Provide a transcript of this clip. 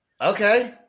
Okay